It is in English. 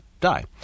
die